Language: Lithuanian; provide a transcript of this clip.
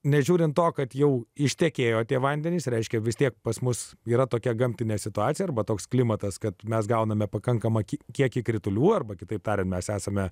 nežiūrint to kad jau ištekėjo tie vandenys reiškia vis tiek pas mus yra tokia gamtinė situacija arba toks klimatas kad mes gauname pakankamą kiekį kritulių arba kitaip tariant mes esame